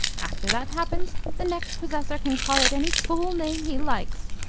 after that happens the next possessor can call it any fool name he likes,